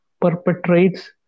perpetrates